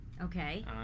Okay